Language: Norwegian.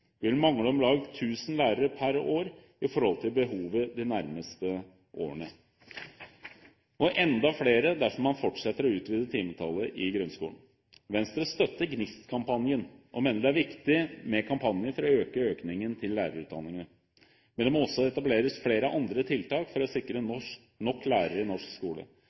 vil mangle om lag 1 000 lærere per år i forhold til behovet de nærmeste årene – og enda flere dersom man fortsetter å utvide timetallet i grunnskolen. Venstre støtter GNIST-kampanjen og mener det er viktig med kampanjer for å øke søkningen til lærerutdanningene. Men det må også etableres flere andre tiltak for å sikre nok lærere i norsk skole.